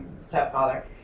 stepfather